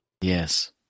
Yes